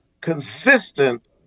consistent